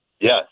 Yes